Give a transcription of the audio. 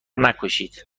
نکشید